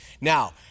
Now